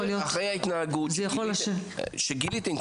אחרי ההתנהגות כשגיליתם כבר.